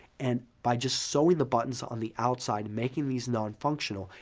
and by just sewing the buttons on the outside making these nonfunctional,